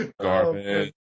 Garbage